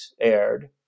aired